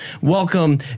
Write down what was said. welcome